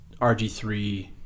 RG3